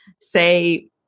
say